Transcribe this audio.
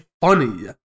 funny